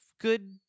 good